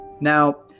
Now